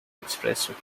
expressway